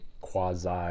quasi